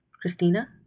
Christina